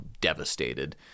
devastated